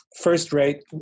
first-rate